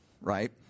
Right